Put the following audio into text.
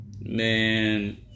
Man